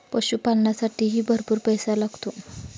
पशुपालनालासाठीही भरपूर पैसा लागतो